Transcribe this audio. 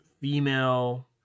female